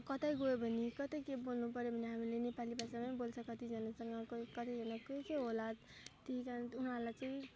कतै गयो भने कतै केही बोल्नु पर्यो भने हामीले नेपाली भाषामै बोल्छ कतिजनासँग कोही कतिजना कोही कोही होला त्यही कारण त उनीहरूलाई चाहिँ